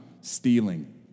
stealing